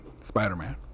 Spider-Man